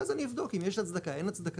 ואז אני אבדוק אם יש הצדקה או אין הצדקה,